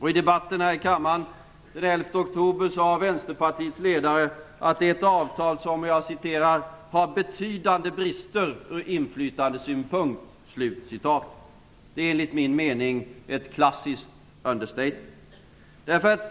I debatten här i kammaren den 11 oktober sade Vänsterpartiets ledare att det är ett avtal som har "betydande brister ur inflytandesynpunkt". Det är, enligt min mening, ett klassiskt understatement.